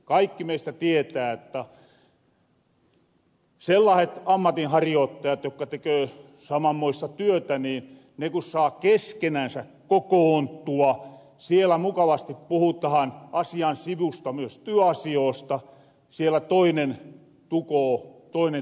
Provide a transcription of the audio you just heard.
kaikki meistä tietää jotta kun sellahet ammatinharjoottajat jokka teköö samanmoista työtä saa keskenänsä kokoontua siellä mukavasti puhutahan asian sivusta myös työasioosta siellä toinen tukoo toinen toistansa